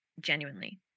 genuinely